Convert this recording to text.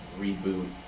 reboot